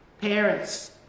parents